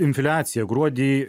infliacija gruodį